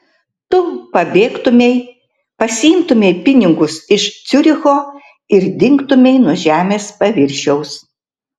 tu pabėgtumei pasiimtumei pinigus iš ciuricho ir dingtumei nuo žemės paviršiaus